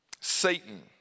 Satan